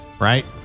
right